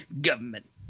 Government